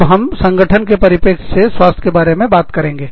अब हम संगठन के परिप्रेक्ष्य से स्वास्थ्य के बारे में बात करेंगे